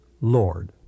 Lord